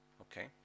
Okay